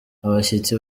abashyitsi